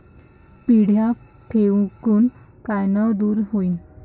पिढ्या ढेकूण कायनं दूर होईन?